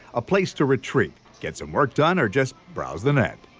a place to retreat get some work done or just browse the net.